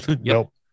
Nope